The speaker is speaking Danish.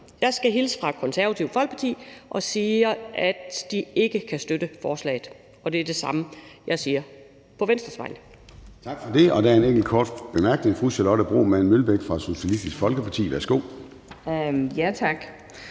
Jeg skal hilse fra Det Konservative Folkeparti og sige, at de ikke kan støtte forslaget, og det er det samme, jeg siger på Venstres vegne.